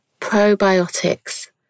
Probiotics